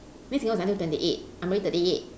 miss singapore is until twenty eight I'm already thirty eight